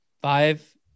Five